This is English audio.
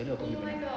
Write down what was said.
roti jala aku nya